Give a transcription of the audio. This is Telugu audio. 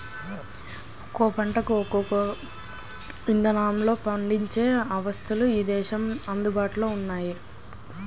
ఒక్కో పంటకు ఒక్కో ఇదానంలో పండించే అవస్థలు ఇదేశాల్లో అందుబాటులో ఉన్నయ్యి